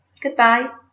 Goodbye